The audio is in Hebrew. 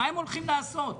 מה הם הולכים לעשות.